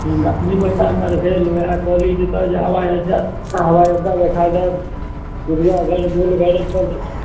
new एकनगर भेल वएह कहली जे हवाइअड्डा तऽ हवाइअड्डा देखा देब चिड़िआघर गोलघर ई सब जे छै